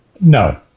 No